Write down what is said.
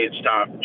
stop